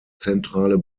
zentrale